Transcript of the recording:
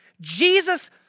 Jesus